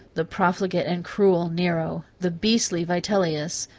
the profligate and cruel nero, the beastly vitellius,